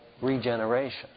regeneration